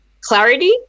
Clarity